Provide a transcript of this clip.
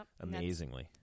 amazingly